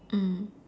mm